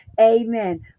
Amen